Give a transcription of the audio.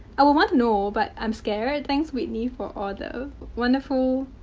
i will want to know, but i'm scared. thanks whitney for all the wonderful,